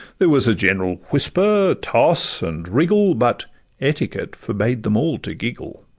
there was a general whisper, toss, and wriggle, but etiquette forbade them all to giggle.